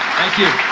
thank you,